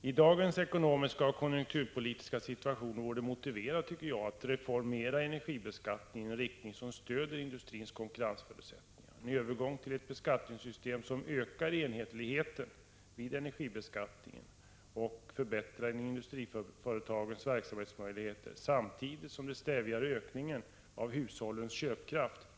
I dagens ekonomiska och konjunkturpolitiska situation vore det motiverat, tycker jag, att reformera energibeskattningen i en riktning som stöder industrins konkurrensförutsättningar med en övergång till ett beskattningssystem som ökar enhetligheten i energibeskattningen och förbättrar industriföretagens verksamhetsmöjligheter, samtidigt som det stävjar ökningen av hushållens köpkraft.